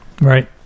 Right